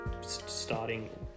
starting